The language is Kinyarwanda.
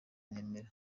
nemera